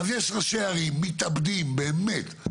אז יש ראשי ערים מתאבדים באמת,